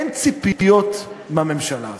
אין ציפיות מהממשלה הזאת,